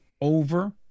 over